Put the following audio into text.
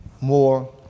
more